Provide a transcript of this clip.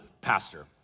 pastor